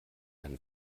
einen